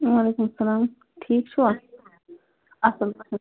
وعلیکُم سلام ٹھیٖک چھِوا